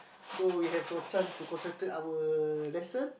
so we have no chance to concentrate our lesson